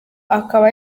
akaba